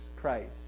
Christ